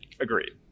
Agreed